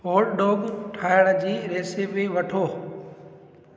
hot dog ठाहिण जी recipe वठो